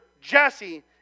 Jesse